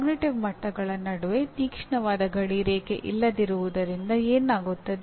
ಅರಿವಿನ ಮಟ್ಟಗಳ ನಡುವೆ ತೀಕ್ಷ್ಣವಾದ ಗಡಿರೇಖೆ ಇಲ್ಲದಿರುವುದರಿಂದ ಏನಾಗುತ್ತದೆ